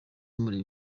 muri